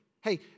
Hey